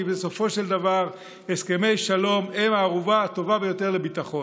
כי בסופו של דבר הסכמי שלום הם הערובה הטובה ביותר לביטחון.